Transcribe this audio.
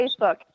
Facebook